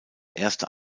erste